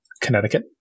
Connecticut